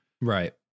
Right